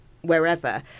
wherever